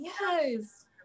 yes